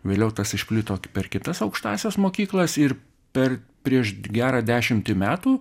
vėliau tas išplito per kitas aukštąsias mokyklas ir per prieš gerą dešimtį metų